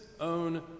own